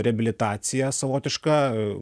reabilitacija savotiška